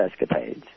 escapades